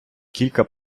кілька